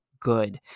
good